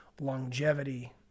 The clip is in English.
longevity